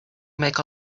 make